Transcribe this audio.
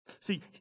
See